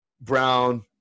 brown